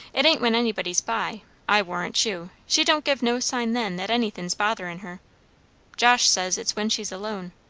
it ain't when anybody's by i warrant you, she don't give no sign then that anythin's botherin' her josh says it's when she's alone.